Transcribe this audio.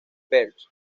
perth